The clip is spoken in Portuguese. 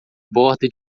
borda